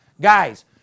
Guys